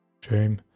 Shame